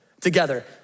together